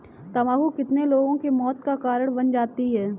तम्बाकू कितने लोगों के मौत का कारण बन जाती है